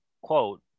quote